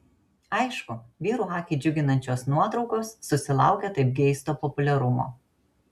aišku vyrų akį džiuginančios nuotraukos susilaukia taip geisto populiarumo